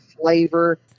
flavor